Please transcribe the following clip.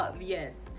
Yes